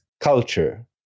culture